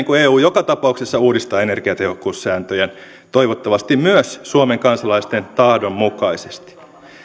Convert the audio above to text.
kuin eu joka tapauksessa uudistaa energiatehokkuussääntöjään toivottavasti myös suomen kansalaisten tahdon mukaisesti